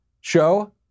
show